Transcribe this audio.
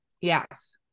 Yes